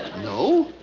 no?